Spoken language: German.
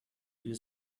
die